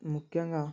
ముఖ్యంగా